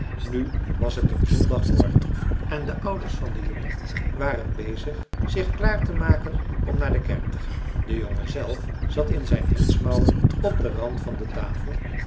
nu was het een zondagmorgen en de ouders van den jongen waren bezig zich klaar te maken om naar de kerk te gaan de jongen zelf zat in zijn hemdsmouwen op den rand van de tafel